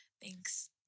Thanks